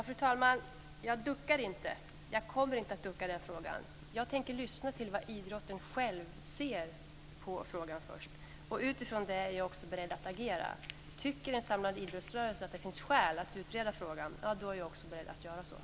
Fru talman! Jag duckar inte, och jag kommer inte att ducka i den frågan. Jag tänker lyssna till hur idrotten själv ser på frågan först. Utifrån det är jag också beredd att agera. Tycker en samlad idrottsrörelse att det finns skäl att utreda frågan är jag också beredd att göra det.